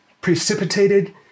precipitated